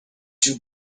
too